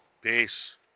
Peace